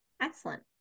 Excellent